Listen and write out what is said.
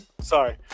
sorry